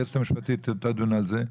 היועצת המשפטית תדון על זה.